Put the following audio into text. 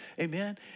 Amen